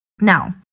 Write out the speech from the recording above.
Now